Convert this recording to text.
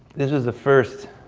this was the first